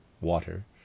water